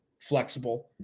flexible